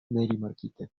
nerimarkite